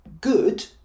good